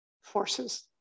forces